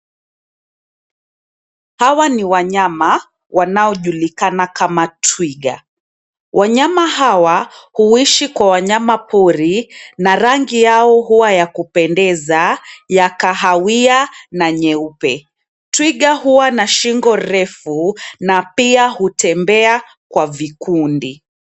Hawa ni wanyama wanaojulikana kama twiga. Wanyama hawa huishi kwa wanyama pori na rangi yao huwa ya kupendeza ya kahawia na nyeupe. Twiga huwa na shingo refu na pia hutembea kwa vikundi.